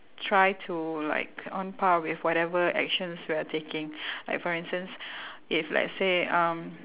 try to like on par with whatever actions we are taking like for instance if let's say um